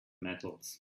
metals